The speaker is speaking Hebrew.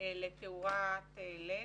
לתאורת לד.